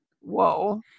whoa